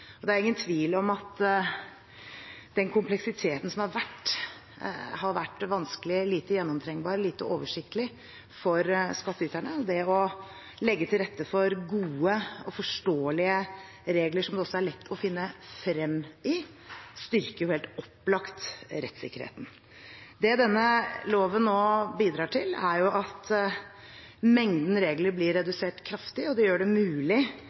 Det er ingen tvil om den kompleksiteten som har vært – det har vært vanskelig, det har vært lite gjennomtrengbart og lite oversiktlig for skattyterne. Det å legge til rette for gode og forståelige regler, som det også er lett å finne frem i, styrker helt opplagt rettssikkerheten. Det denne loven nå bidrar til, er at mengden regler blir redusert kraftig, og det gjør det mulig